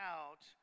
out